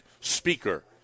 speaker